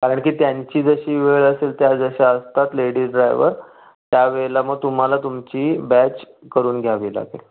कारण की त्यांची जशी वेळ असेल त्या जशा असतात लेडी ड्रायवर त्यावेळेला मग तुम्हाला तुमची बॅच करून घ्यावी लागेल